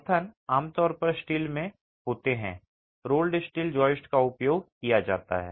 समर्थन आमतौर पर स्टील में होते हैं रोल्ड स्टील जॉइस्ट का उपयोग किया जाता है